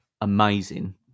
amazing